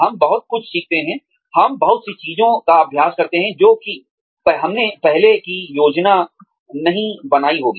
हम बहुत कुछ सीखते हैं हम बहुत सी चीजों का अभ्यास करते हैं जो कि हमने पहले की योजना नहीं बनाई होगी